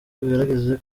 ugerageze